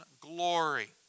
glory